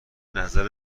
نظر